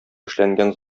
эшләнгән